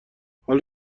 حال